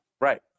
Right